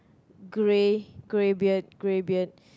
grey grey beard grey beard